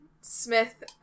Smith